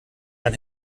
man